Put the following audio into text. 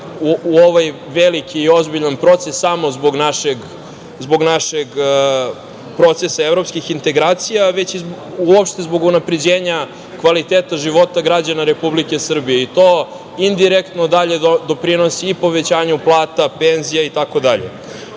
u ovaj veliki i ozbiljan proces samo zbog našeg procesa evropskih integracija, već i uopšte zbog unapređenja kvaliteta života građana Republike Srbije i to indirektno dalje doprinosi i povećanju plata, penzija, itd. Ono